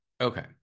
Okay